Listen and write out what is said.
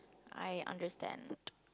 I understand